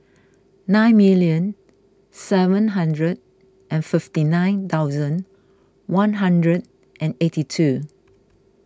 five million seven hundred and fifty nine thousand one hundred and eighty two